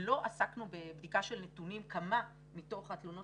לא עסקנו בבדיקה של נתונים כמה מתוך התלונות